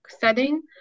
setting